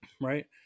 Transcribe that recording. right